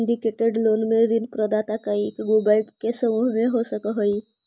syndicated loan में ऋण प्रदाता कइएगो बैंक के समूह हो सकऽ हई